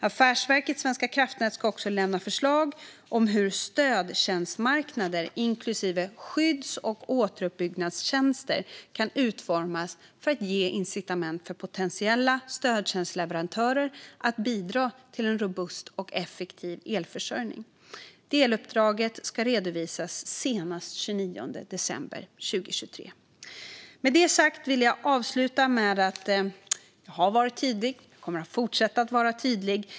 Affärsverket svenska kraftnät ska också lämna förslag om hur stödtjänstmarknader, inklusive skydds och återuppbyggnadstjänster, kan utformas för att ge incitament för potentiella stödtjänstleverantörer att bidra till en robust och effektiv elförsörjning. Deluppdraget ska redovisas senast den 29 december 2023. Med det sagt vill jag avsluta med att säga att jag har varit tydlig, och jag kommer att fortsätta vara tydlig.